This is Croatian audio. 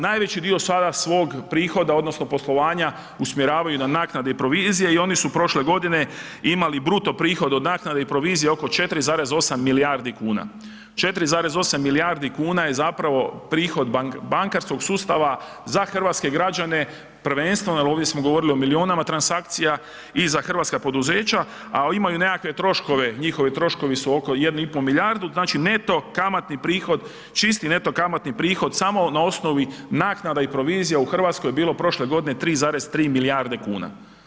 Najveći dio sada svog prihoda odnosno poslovanja usmjeravaju na naknade i provizije i oni su prošle godine imali bruto prihod od naknade i provizije oko 4,8 milijardi kuna, 4,8 milijardi kuna je zapravo prihod bankarskog sustava za hrvatske građane prvenstveno jel ovdje smo govorili o milijunima transakcija i za hrvatska poduzeća, a imaju nekakve troškove, njihovi troškovi su oko 1,5 milijardu, znači neto kamatni prihod, čisti neto kamatni prihod samo na osnovi naknada i provizija u RH je bilo prošle godine 3,3 milijarde kuna.